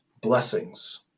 blessings